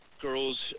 girls